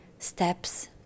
steps